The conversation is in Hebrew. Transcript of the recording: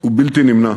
הוא בלתי נמנע.